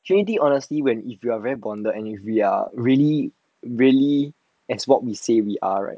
trinity honestly when if you are very bonded and if we are really really as what we say we are right